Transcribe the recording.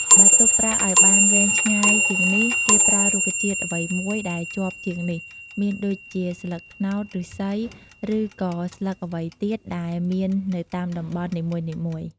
បើទុកប្រើឲ្យបានវែងឆ្ងាយជាងនេះ គេប្រើរុក្ខជាតិអ្វីមួយដែលជាប់ជាងនេះមានដូចជាស្លឹកត្នោត, ឫស្សី ឬក៏ស្លឹកអ្វីទៀតដែលមាននៅតាមតំបន់នីមួយៗ។